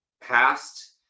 past